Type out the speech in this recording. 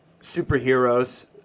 superheroes